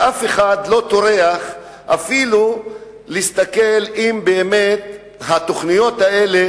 ואף אחד לא טורח אפילו להסתכל אם באמת התוכניות האלה